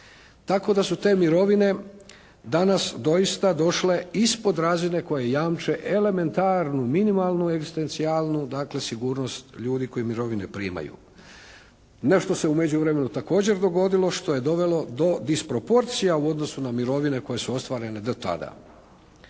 tako da su te mirovine danas doista došle ispod razine koje jamče elementarnu minimalnu egzistencijalnu dakle sigurnost ljudi koji mirovine primaju. Nešto se u međuvremenu također dogodilo što je dovelo do disproporcija u odnosu na mirovine koje su ostvarene do tada.